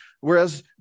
whereas